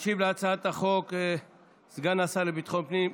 ישיב על הצעת החוק סגן השר לביטחון פנים,